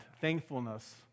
thankfulness